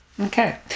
Okay